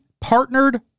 partnered